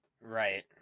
Right